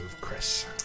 Chris